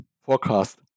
forecast